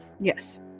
Yes